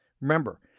Remember